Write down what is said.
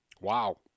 Wow